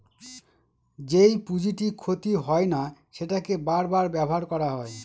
যেই পুঁজিটি ক্ষতি হয় না সেটাকে বার বার ব্যবহার করা হয়